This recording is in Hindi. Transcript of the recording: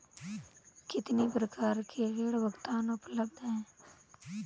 कितनी प्रकार के ऋण भुगतान उपलब्ध हैं?